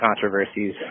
controversies